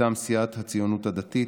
מטעם סיעת הציונות הדתית,